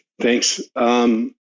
Thanks